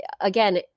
again